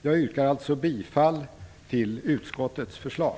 Jag yrkar alltså bifall till utskottets förslag.